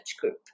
group